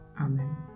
Amen